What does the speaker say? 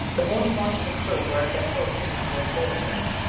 the morning watch of the crew were at their posts in the hull corridors.